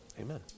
amen